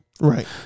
Right